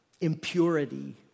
Impurity